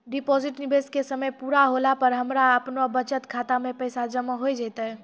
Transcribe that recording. Deposit निवेश के समय पूरा होला पर हमरा आपनौ बचत खाता मे पैसा जमा होय जैतै?